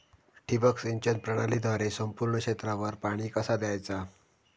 ठिबक सिंचन प्रणालीद्वारे संपूर्ण क्षेत्रावर पाणी कसा दयाचा?